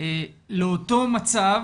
לאותו מצב,